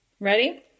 Ready